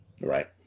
Right